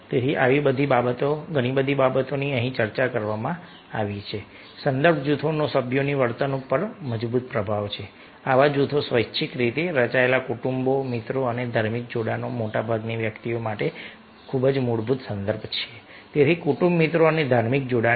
તેથી આવી બધી બાબતોની અહીં ચર્ચા કરવામાં આવી છે સંદર્ભ જૂથોનો સભ્યોની વર્તણૂક પર મજબૂત પ્રભાવ છે આવા જૂથો સ્વૈચ્છિક રીતે રચાયેલા કુટુંબ મિત્રો અને ધાર્મિક જોડાણ મોટાભાગની વ્યક્તિઓ માટે મજબૂત સંદર્ભ જૂથો છે તેથી કુટુંબ મિત્રો અને ધાર્મિક જોડાણ